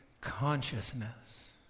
consciousness